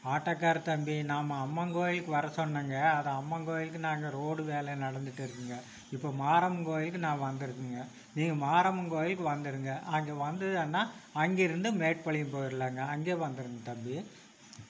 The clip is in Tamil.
ஆட்டோக்கார தம்பி நம்ம அம்மன் கோவிலுக்கு வர சொன்னேங்க அது அம்மன் கோவிலுக்கு நாங்கள் ரோடு வேலை நடந்துகிட்டு இருக்குங்க இப்போ மாரியம்மன் கோவிலுக்கு நான் வந்துருக்கேங்க நீங்கள் மாரியம்மன் கோவிலுக்கு வந்துடுங்க அங்கே வந்திங்கன்னா அங்கிருந்து மேட்டுப்பாளையம் போயிடலாங்க அங்கே வந்துடுங்க தம்பி